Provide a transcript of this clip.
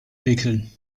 wickeln